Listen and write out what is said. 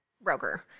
broker